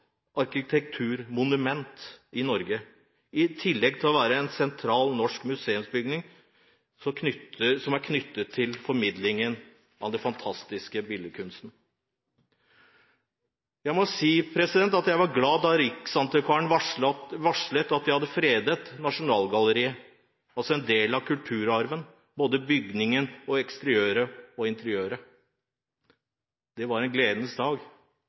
norsk museumsbygning som er knyttet til formidlingen av den fantastiske billedkunsten. Jeg var glad da Riksantikvaren varslet at de hadde fredet Nasjonalgalleriet som en del av kulturarven – både bygningens eksteriør og interiør. Det var en gledens dag.